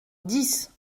dix